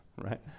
right